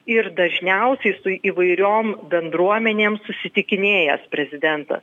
ir dažniausiai su įvairiom bendruomenėm susitikinėjęs prezidentas